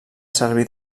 servir